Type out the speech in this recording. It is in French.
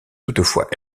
toutefois